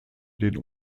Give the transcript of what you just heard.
den